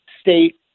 state